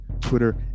Twitter